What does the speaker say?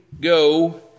Go